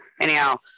anyhow